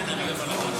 תודה רבה.